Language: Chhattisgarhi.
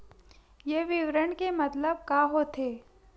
ये विवरण के मतलब का होथे?